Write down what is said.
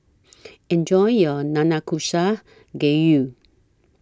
Enjoy your Nanakusa Gayu